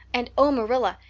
and oh, marilla,